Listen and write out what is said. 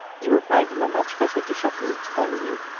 you will find him a much better dish of meat than you,